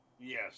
Yes